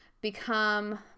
become